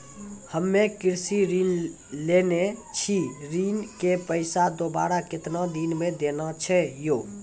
हम्मे कृषि ऋण लेने छी ऋण के पैसा दोबारा कितना दिन मे देना छै यो?